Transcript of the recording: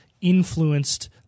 influenced